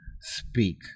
speak